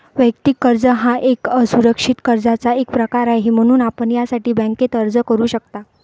वैयक्तिक कर्ज हा एक असुरक्षित कर्जाचा एक प्रकार आहे, म्हणून आपण यासाठी बँकेत अर्ज करू शकता